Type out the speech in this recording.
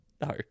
No